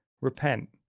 repent